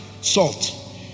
salt